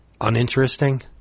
uninteresting